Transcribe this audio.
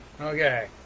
Okay